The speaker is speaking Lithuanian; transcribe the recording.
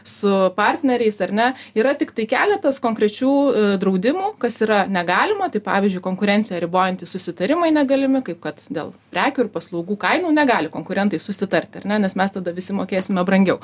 su partneriais ar ne yra tiktai keletas konkrečių draudimų kas yra negalima tai pavyzdžiui konkurenciją ribojantys susitarimai negalimi kaip kad dėl prekių ir paslaugų kainų negali konkurentai susitarti ar ne nes mes tada visi mokėsime brangiau